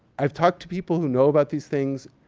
i've talked to people who know about these things.